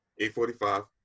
845